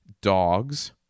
dogs